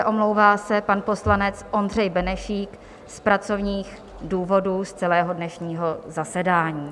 Omlouvá se pan poslanec Ondřej Benešík z pracovních důvodů z celého dnešního zasedání.